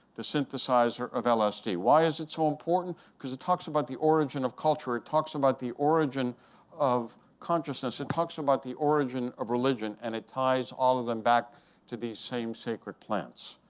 the synthesizer of lsd. why is it so important? because it talks about the origin of culture. it talks about the origin of consciousness. it talks about the origin of religion. and it ties all of them back to these same sacred plants.